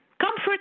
Comfort